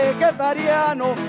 vegetariano